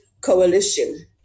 coalition